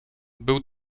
był